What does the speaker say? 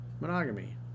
monogamy